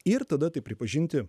ir tada tai pripažinti